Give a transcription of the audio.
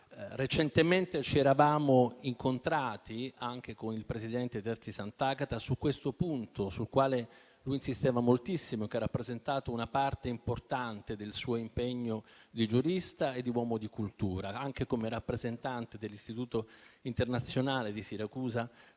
Recentemente ci eravamo incontrati, anche con il presidente Terzi di Sant'Agata, su un punto sul quale lui insisteva moltissimo e che ha rappresentato una parte importante del suo impegno di giurista e di uomo di cultura, anche come rappresentante dell'Istituto internazionale di Siracusa